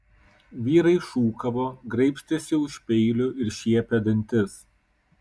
vyrai šūkavo graibstėsi už peilių ir šiepė dantis